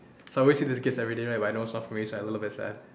so I always see this gift everyday but I know it's not for me so I'm a little bit sad